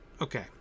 Okay